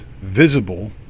visible